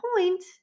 point